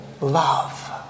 love